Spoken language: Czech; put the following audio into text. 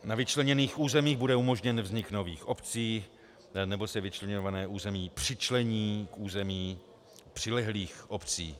Na vyčleněných územích bude umožněn vznik nových obcí nebo se vyčleňované území přičlení k území přilehlých obcí.